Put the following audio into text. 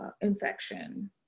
infection